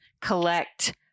collect